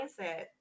mindset